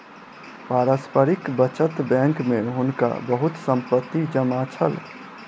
पारस्परिक बचत बैंक में हुनका बहुत संपत्ति जमा छल